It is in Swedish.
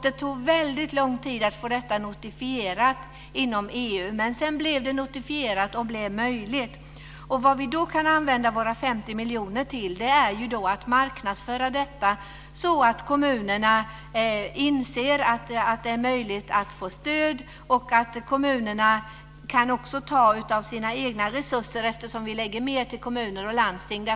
Det tog väldigt lång tid att få detta notifierat inom EU, men sedan blev det notifierat och möjligt. Det vi då kan använda våra 50 miljoner till är att marknadsföra detta så att kommunerna inser att det är möjligt att få stöd och att kommunerna också kan ta av sina egna resurser, eftersom vi avsätter mer till kommuner och landsting.